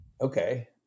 okay